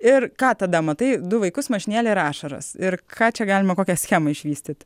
ir ką tada matai du vaikus mašinėlę ir ašaras ir ką čia galima kokią schemą išvystyt